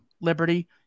liberty